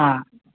हा